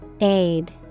Aid